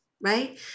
right